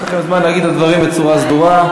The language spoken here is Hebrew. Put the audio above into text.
יש לכם זמן להגיד את הדברים בצורה סדורה,